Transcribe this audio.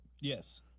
Yes